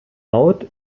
out